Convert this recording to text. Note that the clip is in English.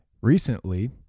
recently